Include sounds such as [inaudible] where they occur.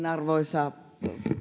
[unintelligible] arvoisa